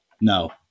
No